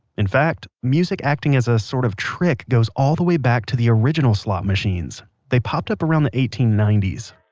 in fact, music acting as a sort of trick goes all the way back to the original slot machines. they popped up around the eighteen ninety s.